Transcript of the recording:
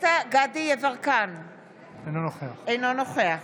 אינו נוכח